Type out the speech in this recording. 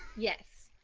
yes!